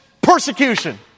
persecution